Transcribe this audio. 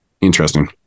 Interesting